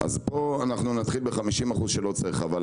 אז פה אנחנו נתחיל בכ-50% שאין צורך בהם.